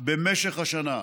במשך השנה.